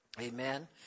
Amen